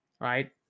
right